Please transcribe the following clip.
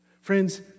Friends